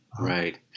right